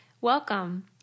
Welcome